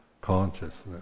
consciousness